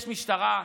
יש משטרה,